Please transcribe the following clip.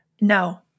No